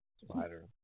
spider